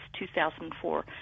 2004